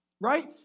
right